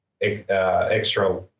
extra